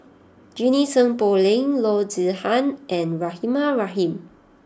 Junie Sng Poh Leng Loo Zihan and Rahimah Rahim